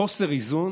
חוסר איזון